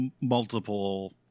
multiple